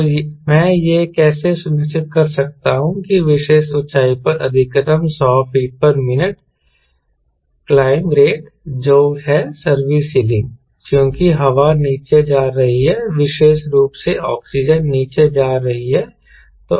तो मैं यह कैसे सुनिश्चित कर सकता हूं कि विशेष ऊंचाई पर अधिकतम 100 फीट मिनट क्लाइंब रेट जो है सर्विस सीलिंग चूंकि हवा नीचे जा रही है विशेष रूप से ऑक्सीजन नीचे जा रही है